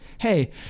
hey